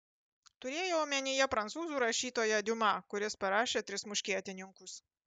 turėjau omenyje prancūzų rašytoją diuma kuris parašė tris muškietininkus